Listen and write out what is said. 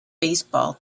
baseball